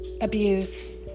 abuse